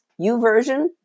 Uversion